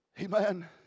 Amen